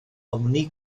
ofni